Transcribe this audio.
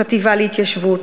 החטיבה להתיישבות,